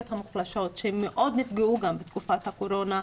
המוחלשות שמאוד נפגעו גם בתקופת הקורונה.